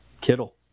Kittle